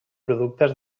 productes